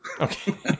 Okay